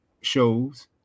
shows